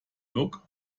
look